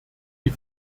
die